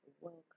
welcome